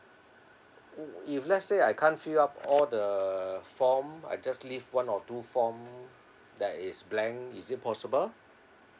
mm if let's say I can't fill up all the form I just leave one or two form that is blank is it possible